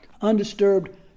undisturbed